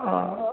ஆ ஆ